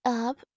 up